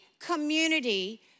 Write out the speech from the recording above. community